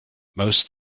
most